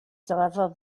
deliver